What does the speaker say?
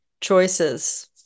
choices